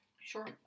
Sure